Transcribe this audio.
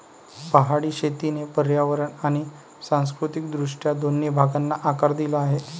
पहाडी शेतीने पर्यावरण आणि सांस्कृतिक दृष्ट्या दोन्ही भागांना आकार दिला आहे